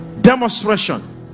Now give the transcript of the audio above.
demonstration